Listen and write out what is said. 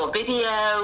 video